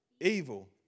evil